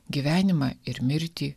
gyvenimą ir mirtį